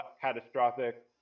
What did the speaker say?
catastrophic